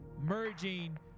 merging